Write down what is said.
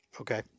Okay